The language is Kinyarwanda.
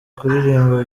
kuririmba